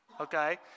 okay